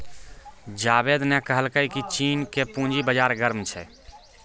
जावेद ने कहलकै की चीन के पूंजी बाजार गर्म छै